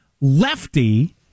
lefty